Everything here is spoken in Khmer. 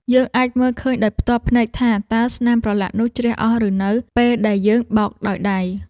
យើងអាចមើលឃើញដោយផ្ទាល់ភ្នែកថា តើស្នាមប្រឡាក់នោះជ្រះអស់ឬនៅ ពេលដែលយើងបោកដោយដៃ។